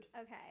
Okay